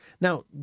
Now